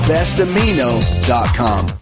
BestAmino.com